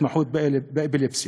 תת-התמחות באפילפסיה.